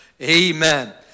Amen